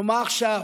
מה עכשיו?